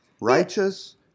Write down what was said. Righteous